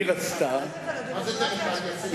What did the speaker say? מה זה דמוקרטיה סלקטיבית?